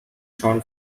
shown